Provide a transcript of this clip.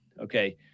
Okay